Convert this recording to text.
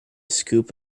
scoop